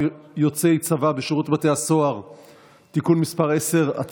יוצאי צבא בשירות בתי הסוהר)(תיקון מס' 10),